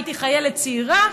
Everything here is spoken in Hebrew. הייתי חיילת צעירה,